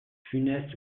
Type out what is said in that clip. funeste